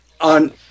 on